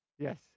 Yes